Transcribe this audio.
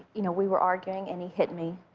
you know, we were arguing and he hit me,